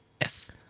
Yes